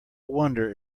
wonder